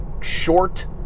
short